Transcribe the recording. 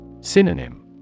Synonym